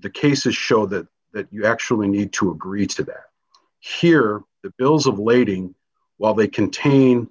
the cases show that that you actually need to agree to hear the bills of lading while they contain